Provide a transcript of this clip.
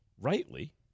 rightly